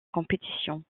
compétition